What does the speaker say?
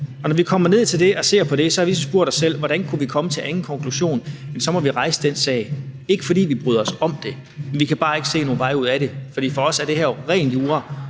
og når vi kommer ned til det og ser på det, har vi spurgt os selv, hvordan vi kunne komme til en anden konklusion, end at vi så må rejse den sag. Det er ikke, fordi vi bryder os om det, men vi kan bare ikke se nogen anden vej ud af det. For for os er det her jo ren jura,